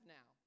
now